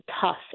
tough